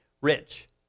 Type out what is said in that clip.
rich